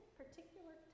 particular